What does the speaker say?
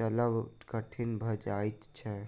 चलब कठिन भ जाइत छै